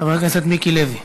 חבר הכנסת מיקי לוי.